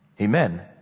Amen